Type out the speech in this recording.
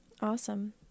Awesome